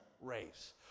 race